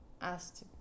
asked